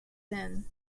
then